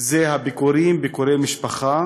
הן ביקורים, ביקורי משפחה